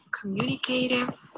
communicative